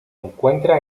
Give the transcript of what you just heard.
encuentra